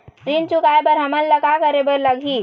ऋण चुकाए बर हमन ला का करे बर लगही?